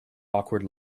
awkward